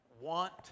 want